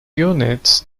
units